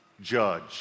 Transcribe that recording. judge